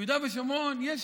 ביהודה ושומרון יש